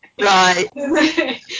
right